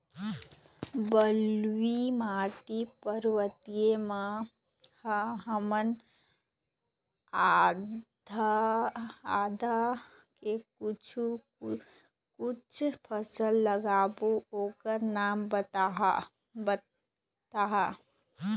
बलुई माटी पर्वतीय म ह हमन आदा के कुछू कछु फसल लगाबो ओकर नाम बताहा?